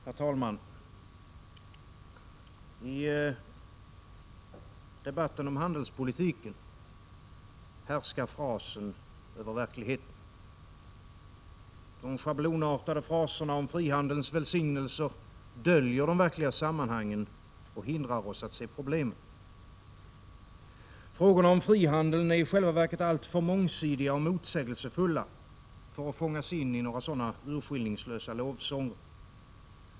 Herr talman! I debatten om handelspolitiken härskar frasen över verkligheten. De schablonartade fraserna om frihandelns välsignelser döljer de verkliga sammanhangen och hindrar oss att se problemen. Frågorna om frihandeln är i själva verket alltför mångsidiga och motsägelsefulla för att fångas in i några urskillningslösa lovsånger.